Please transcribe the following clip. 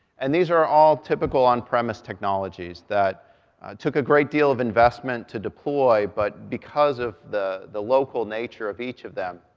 and these are all typical on-premise technologies that took a great deal of investment to deploy, but because of the the local nature of each of them,